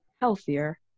healthier